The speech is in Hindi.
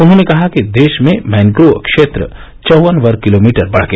उन्होंने कहा कि देश में मैनग्रोव क्षेत्र चौवन वर्ग किलोमीटर बढ गया